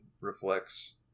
reflects